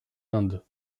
inde